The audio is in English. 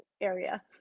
area